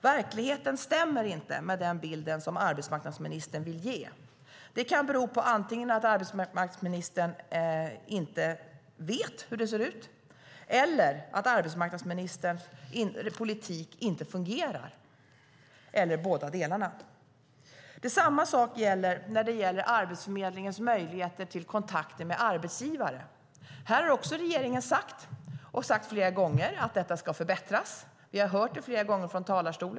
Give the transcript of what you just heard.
Verkligheten stämmer inte med den bild som arbetsmarknadsministern vill ge. Det kan bero på att arbetsmarknadsministern inte vet hur det ser ut eller på att hennes politik inte fungerar - eller båda delarna. Detsamma gäller Arbetsförmedlingens möjligheter till kontakter med arbetsgivare. Även här har regeringen sagt, och sagt flera gånger, att detta ska förbättras. Vi har hört det flera gånger från talarstolen.